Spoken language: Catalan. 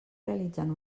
realitzant